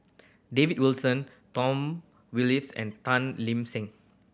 David Wilson Tom and Tan Seng